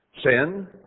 sin